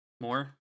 more